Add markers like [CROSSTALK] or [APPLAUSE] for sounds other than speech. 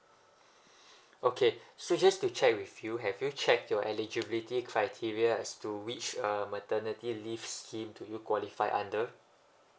[BREATH] okay so just to check with you have you check your eligibility criteria as to which uh maternity leave scheme do you qualify under